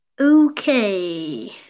Okay